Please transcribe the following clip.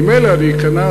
ממילא אני אכנע,